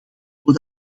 voor